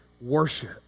worship